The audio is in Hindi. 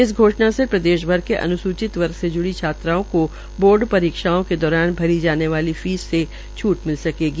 इस घोषणा से प्रदेश भर के अन्सूचित वर्ग से ज्ड़ी छात्राओं को बोर्ड परीक्षाओं के दौरान भरी जाने वाली फीस में छूट मिल सकेगी